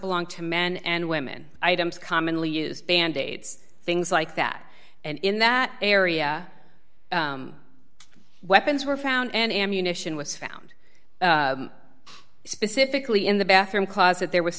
belong to men and women items commonly used band aids things like that and in that area weapons were found and ammunition was found specifically in the bathroom closet there was